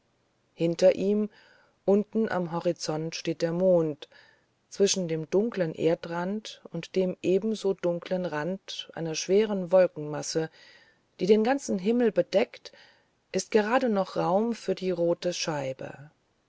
hinter ihm unten am horizonte steht der mond zwischen dem dunklen erdrand und dem eben so dunklen rand einer schweren wolkenmasse die den ganzen himmel bedeckt ist gerade noch raum für die rote scheibe